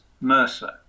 Mercer